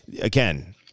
again